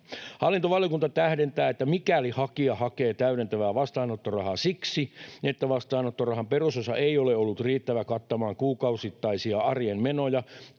Hallintovaliokunta tähdentää, että mikäli hakija hakee täydentävää vastaanottorahaa siksi, että vastaanottorahan perusosa ei ole ollut riittävä kattamaan kuukausittaisia arjen menoja,